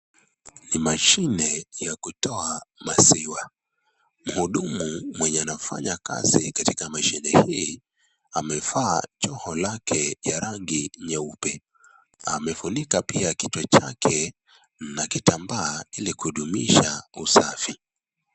Ni mashine ya kutoa maziwa . Mhudumu mwenye anafanya kazi katika mashine hii amevaa joho lake ya rangi jeupe . Amefunika pia kichwa chake na kitambaa hili kuudumisha usafi.